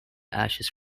ashes